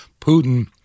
Putin